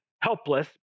helpless